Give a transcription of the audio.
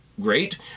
great